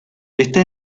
está